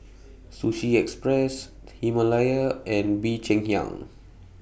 Sushi Express Himalaya and Bee Cheng Hiang